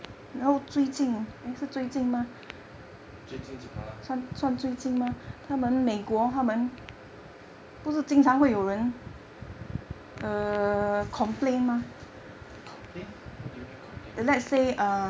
最近怎么 lah complain what do you mean complain